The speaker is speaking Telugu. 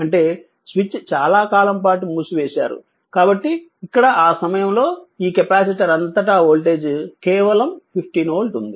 అంటే స్విచ్ చాలాకాలం పాటు మూసివేసారు కాబట్టి ఇక్కడ ఆ సమయంలో ఈ కెపాసిటర్ అంతటా వోల్టేజ్ కేవలం 15 వోల్ట్ ఉంది